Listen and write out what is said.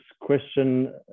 question